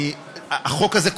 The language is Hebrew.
החוק הזה,